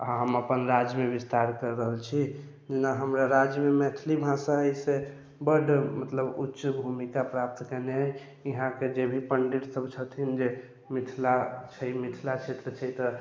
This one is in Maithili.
हम अपन राज्यमे विस्तार कर रहल छी ओना हमरा राज्यमे मैथिली भाषा अइ से बड्ड मतलब उच्च भूमिका प्राप्त केने अइ यहाँके जे भी पण्डित सब छथिन जे मिथिला छै मिथिला क्षेत्र छै तऽ